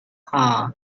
car